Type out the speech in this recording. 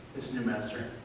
newmaster?